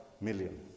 million